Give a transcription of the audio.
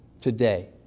today